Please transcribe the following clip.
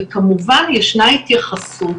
כמובן בהתאמות הנדרשות